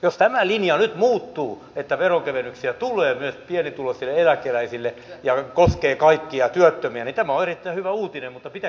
jos tämä linja nyt muuttuu että veronkevennyksiä tulee myös pienituloisille eläkeläisille ja koskee kaikkia työttömiä niin tämä on erittäin hyvä uutinen mutta pitäkää kiinni siitä